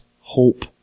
hope